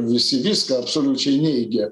visi viską absoliučiai neigia